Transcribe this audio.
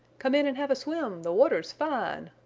come in and have a swim the water's fine!